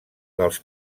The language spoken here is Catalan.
dels